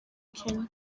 kenya